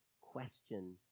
question